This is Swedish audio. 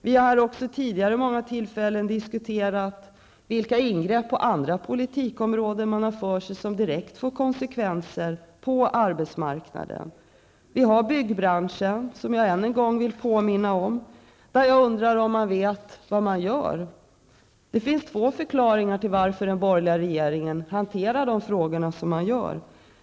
Vi har vid många tillfällen tidigare diskuterat vilka ingrepp som görs på andra områden inom politiken som också får konsekvenser på arbetsmarknaden. Jag undrar om man vet vad man gör inom byggbranschen, som jag än en gång vill påminna om. Det finns två möjliga förklaringar till att den borgerliga regeringen hanterar de frågorna som man gör.